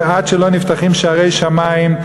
ועד שלא נפתחים שערי שמים,